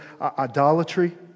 idolatry